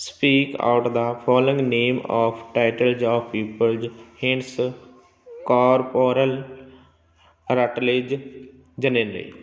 speak out the following name of titles of peoples hints corporal Rutledge generally